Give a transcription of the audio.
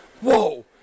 whoa